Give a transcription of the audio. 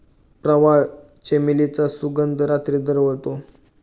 प्रवाळ, चमेलीचा सुगंध रात्री दरवळतो